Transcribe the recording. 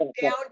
Down